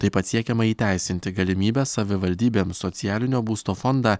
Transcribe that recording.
taip pat siekiama įteisinti galimybę savivaldybėms socialinio būsto fondą